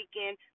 weekend